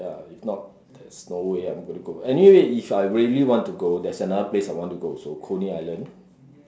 ya if not there's no way I'm gonna go anyway if I really want to go there's another place I want to go also Coney island